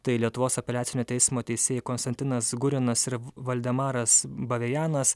tai lietuvos apeliacinio teismo teisėjai konstantinas gurinas ir valdemaras bavejanas